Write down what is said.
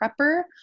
prepper